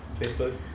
facebook